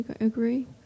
agree